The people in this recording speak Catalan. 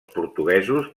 portuguesos